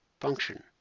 function